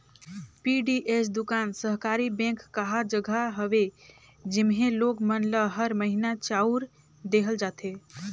PDS दुकान सहकारी bank कहा जघा हवे जेम्हे लोग मन ल हर महिना चाँउर देहल जाथे